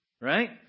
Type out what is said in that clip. right